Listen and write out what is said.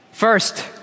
First